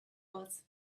was